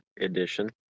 Edition